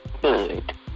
good